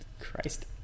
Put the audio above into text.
Christ